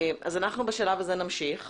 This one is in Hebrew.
אז אנחנו בשלב הזה נמשיך,